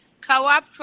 Co-op